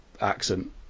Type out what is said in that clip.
accent